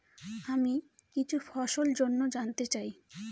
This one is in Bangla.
আমি কিছু ফসল জন্য জানতে চাই